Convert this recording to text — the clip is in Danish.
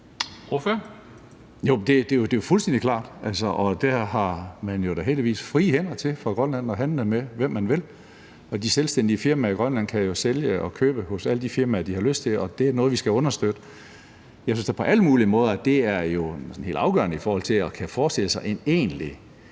er jo fuldstændig klart, og der har man jo da heldigvis frie hænder til fra Grønlands side at handle med, hvem man vil, og de selvstændige firmaer i Grønland kan jo sælge og købe hos alle de firmaer, de har lyst til, og det er noget, vi skal understøtte. Jeg syntes da, at det på alle mulige måder er helt afgørende i forhold til at kunne forestille sig en egentlig